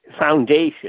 foundation